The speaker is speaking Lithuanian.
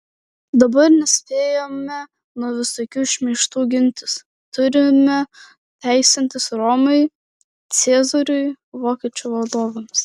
dabar nespėjame nuo visokių šmeižtų gintis turime teisintis romai ciesoriui vokiečių valdovams